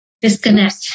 disconnect